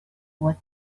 was